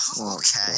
okay